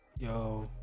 Yo